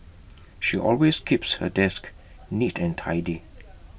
she always keeps her desk neat and tidy